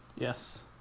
Yes